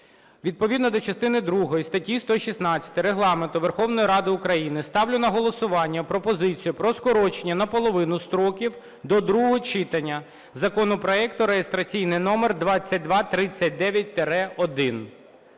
Відповідно до частини другої статті 116 Регламенту Верховної Ради України ставлю на голосування пропозицію про скорочення наполовину строків до другого читання законопроекту (реєстраційний номер 2239-1).